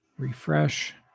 Refresh